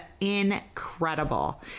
incredible